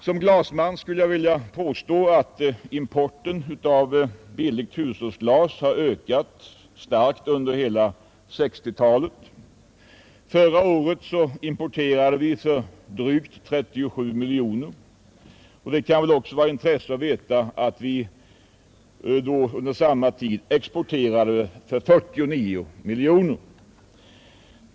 Som ”glasman” skulle jag vilja påpeka att importen av billigt hushållsglas har ökat starkt under hela 1960-talet. Förra året importerade vi för drygt 37 miljoner kronor, och det kan också vara av intresse att veta att vi under samma tid exporterade för 49 miljoner kronor.